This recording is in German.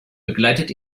begleitet